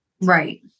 Right